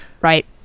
right